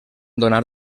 donar